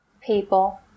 people